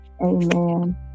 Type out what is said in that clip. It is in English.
amen